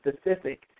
specific